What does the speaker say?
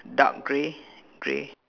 dark grey grey